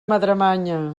madremanya